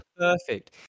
perfect